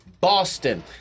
Boston